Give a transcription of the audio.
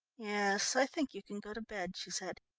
yes, i think you can go to bed, she said.